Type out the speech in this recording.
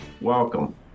Welcome